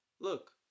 Look